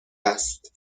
است